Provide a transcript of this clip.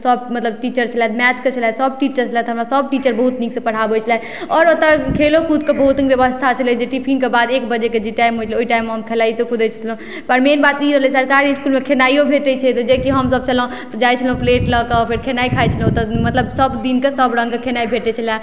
सब मतलब टीचर छलथि मैथके छलथि सब टीचर छलथि हमरा सब टीचर बहुत नीक से पढ़ाबै छलथि आओर ओतोऽ खेलोकूदके बहुत नीक व्यवस्था छलै जे टिफिनके बाद एक बजेके जे टाइम होइ छलै ओहि टाइममे हम खेलाइतो कूदै छलहुॅं पर मेन बात ई भेलै सरकारी इसकुलमे खेनाइयो भेटै छै तऽ जे कि हम सब छलहुॅं जाइ छलहुॅं प्लेट लऽके फेर खेनाए खाइ छलहुॅं ओतऽ मतलब सब दिनके सब रङ्गके खेनाए भेटै छलै